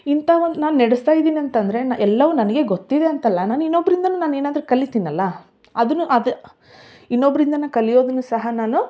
ಇಂಥಾ ಒಂದು ನಾನು ನೆಡಸ್ತಾ ಇದೀನಿ ಅಂತಂದರೆ ನ ಎಲ್ಲವು ನನಗೆ ಗೊತ್ತಿದೆ ಅಂತಲ್ಲ ನಾನು ಇನ್ನೊಬ್ಬರಿಂದಾನು ನಾನು ಏನಾದರು ಕಲಿತೀನಲ್ಲ ಅದನ್ನು ಅದು ಇನ್ನೊಬ್ಬರಿಂದ ನಾನು ಕಲಿಯೋದುನ್ನು ಸಹ ನಾನು